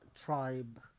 tribe